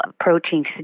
approaching